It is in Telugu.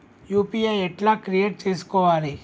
యూ.పీ.ఐ ఎట్లా క్రియేట్ చేసుకోవాలి?